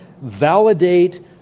validate